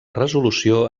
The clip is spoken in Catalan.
resolució